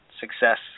success